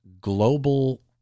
global